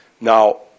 Now